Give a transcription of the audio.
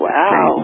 Wow